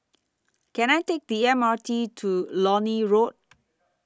Can I Take The M R T to Lornie Road